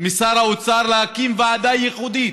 משר האוצר להקים ועדה ייחודית,